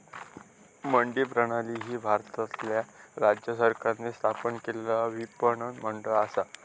मंडी प्रणाली ही भारतातल्या राज्य सरकारांनी स्थापन केलेला विपणन मंडळ असा